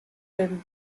libben